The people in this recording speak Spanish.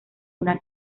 una